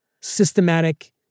systematic